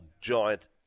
giant